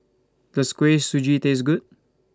Does Kuih Suji Taste Good